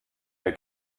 der